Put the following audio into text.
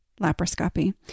laparoscopy